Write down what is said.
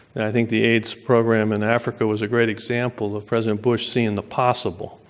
and i think the aids program in africa was a great example of president bush seeing the possible,